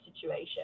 situation